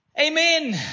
Amen